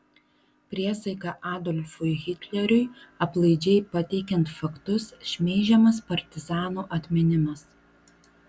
priesaika adolfui hitleriui aplaidžiai pateikiant faktus šmeižiamas partizanų atminimas